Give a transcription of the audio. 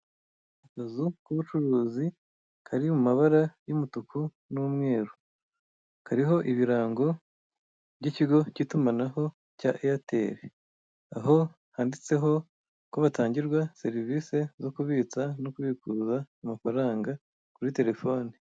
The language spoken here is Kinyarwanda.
Akazu k'ubucuruzi kari mu mabara y'umutuku n'umweru, kariho ibirango by'ikigo cy'itumanaho cya Airtel. Aho handitseho ko batangirwa serivisi zo kubitsa no kwikuza amafaranga kuri telephone.